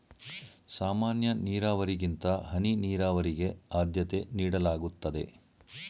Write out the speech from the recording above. ಸಾಮಾನ್ಯ ನೀರಾವರಿಗಿಂತ ಹನಿ ನೀರಾವರಿಗೆ ಆದ್ಯತೆ ನೀಡಲಾಗುತ್ತದೆ